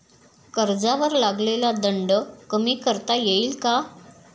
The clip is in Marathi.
कर्जावर लागलेला दंड कमी करता येईल का?